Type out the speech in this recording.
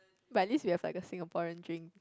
but at least we have like a Singaporean drink